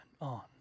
on